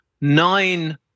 nine